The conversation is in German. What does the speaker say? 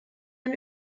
ein